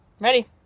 Ready